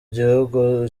gihugu